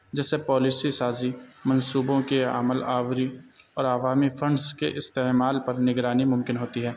جیسے پالیسی سازی منصوبوں کے عمل آوری اور عوامی فنڈس کے استعمال پر نگرانی ممکن ہوتی ہے